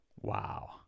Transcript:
Wow